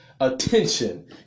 attention